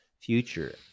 future